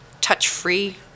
touch-free